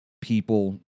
people